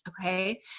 Okay